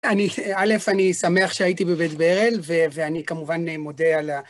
א. אני שמח שהייתי בבית ברל, ואני כמובן מודה על ה...